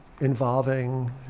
involving